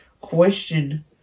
question